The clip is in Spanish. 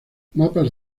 mapas